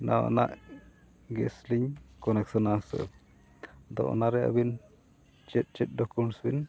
ᱱᱟᱣᱟᱱᱟᱜ ᱜᱮᱥ ᱞᱤᱧ ᱟᱫᱚ ᱚᱱᱟᱨᱮ ᱟᱵᱤᱱ ᱪᱮᱫ ᱪᱮᱫ ᱵᱤᱱ